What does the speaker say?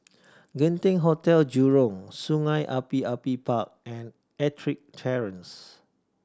Genting Hotel Jurong Sungei Api Api Park and Ettrick Terrace